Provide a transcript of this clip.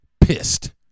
pissed